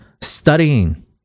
Studying